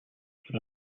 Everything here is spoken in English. for